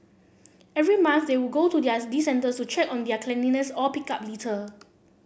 every month they would go to these centres to check on their cleanliness or pick up litter